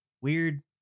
weird